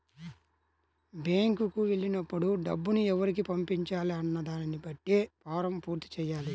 బ్యేంకుకి వెళ్ళినప్పుడు డబ్బుని ఎవరికి పంపించాలి అన్న దానిని బట్టే ఫారమ్ పూర్తి చెయ్యాలి